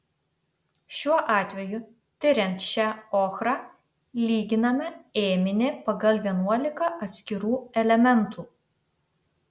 šiuo atveju tiriant šią ochrą lyginame ėminį pagal vienuolika atskirų elementų